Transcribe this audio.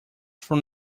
from